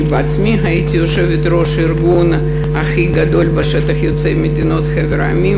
אני בעצמי הייתי יושבת-ראש הארגון הכי גדול בשטח יוצאי חבר המדינות.